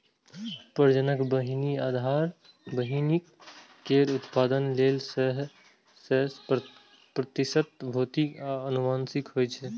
प्रजनक बीहनि आधार बीहनि केर उत्पादन लेल सय प्रतिशत भौतिक आ आनुवंशिक होइ छै